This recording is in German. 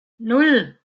nan